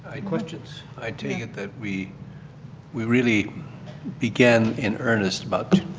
questions? i take it that we we really began in earnest about